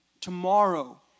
Tomorrow